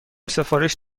سفارش